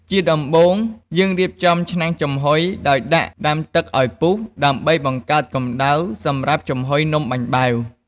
ជាដំបូង យើងរៀបចំឆ្នាំងចំហុយដោយដាក់ដាំទឹកឱ្យពុះ ដើម្បីបង្កើតកំដៅសម្រាប់ចំហុយនំបាញ់បែវ។